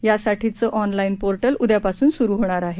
यासाठीचं online portal उद्यापासून सुरु होणार आहे